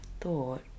thought